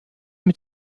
mit